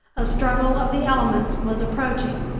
a struggle of the elements was approaching.